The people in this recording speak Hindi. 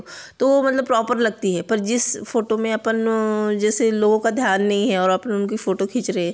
तो मतलब प्रॉपर लगती है पर जिस फ़ोटो में अपन जैसे लोगों का ध्यान नहीं है और आप उनकी फ़ोटो खींच रहे हैं